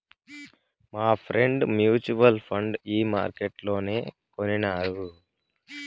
మాఫ్రెండ్ mutual fund ఈ మార్కెట్లనే కొనినారు